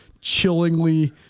chillingly